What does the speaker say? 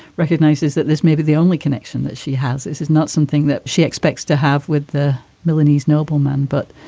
recognizes that this may be the only connection that she has. this is not something that she expects to have with the milanese nobleman. but,